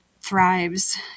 thrives